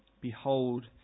Behold